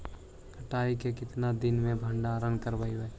कटाई के कितना दिन मे भंडारन करबय?